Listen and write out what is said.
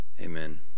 Amen